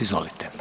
Izvolite.